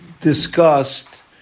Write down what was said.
discussed